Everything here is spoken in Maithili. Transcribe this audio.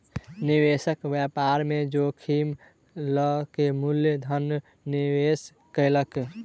निवेशक व्यापार में जोखिम लअ के मूल धन निवेश कयलक